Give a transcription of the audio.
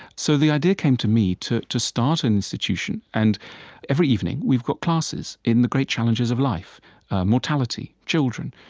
so the idea came to me to to start an institution and every evening, we've got classes in the great challenges of life mortality, children,